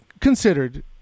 considered